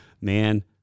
man